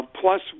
Plus